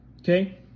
Okay